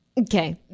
Okay